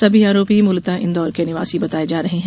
सभी आरोपी मूलत इंदौर के निवासी बताये जा रहे हैं